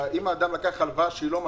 אם אדם לקח הלוואה שהיא לא משכנתה,